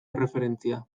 erreferentzia